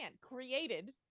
Created